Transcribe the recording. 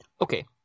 Okay